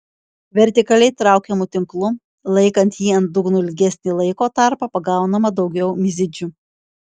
vertikaliai traukiamu tinklu laikant jį ant dugno ilgesnį laiko tarpą pagaunama daugiau mizidžių